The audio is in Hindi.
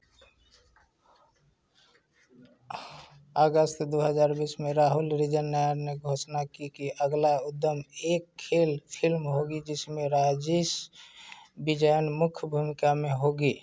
अगस्त दो हज़ार बीस में राहुल रिजी नायर ने घोषणा की कि अगला उद्यम एक खेल फ़िल्म होगी जिसमें राजिश विजयन मुख्य भूमिका में होंगी